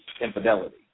infidelity